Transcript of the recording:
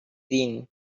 din